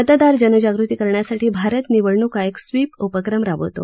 मतदार जनजागृती करण्यासाठी भारत निवडणूक आयोग स्वीप उपक्रम राबवतो